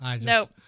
Nope